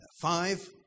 five